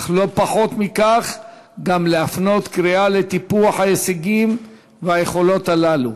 אך לא פחות מכך גם להפנות קריאה לטיפוח ההישגים והיכולות הללו.